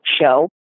show